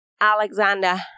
Alexander